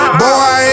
boy